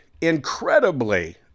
incredibly